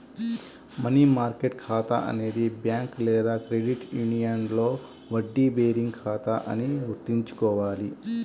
money market ఖాతా అనేది bank లేదా క్రెడిట్ యూనియన్లో వడ్డీ బేరింగ్ ఖాతా అని గుర్తుంచుకోవాలి